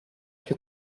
più